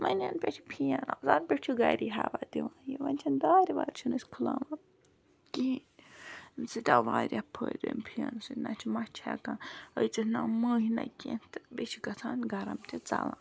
وۄنۍ یَنہٕ پٮ۪ٹھٕ یہِ پھِین آو تَنہٕ پٮ۪ٹھٕ چھُ گَری ہوا دِوان یہِ وۄنۍ چھِنہٕ دارِ وارِ چھِنہٕ أسۍ کھُلاوان کِہیٖنۍ اَمہِ سۭتۍ آو واریاہ فٲیدٕ اَمہِ پھِیَنہٕ سۭتۍ نہ چھِ مَچھِ ہیکان أژِتھ نہ مٔہۍ نہ کینہہ تہٕ بیٚیہِ چھُ گَژھان گَرم تہِ ژَلان